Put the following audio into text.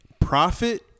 profit